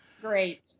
Great